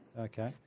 Okay